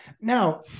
Now